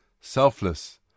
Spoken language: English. selfless